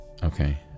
Okay